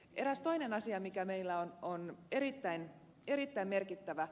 eräs toinen asia mikä meillä on erittäin merkittävä